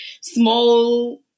small